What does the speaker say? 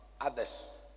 others